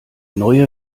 neue